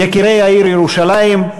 יקירי העיר ירושלים,